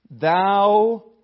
Thou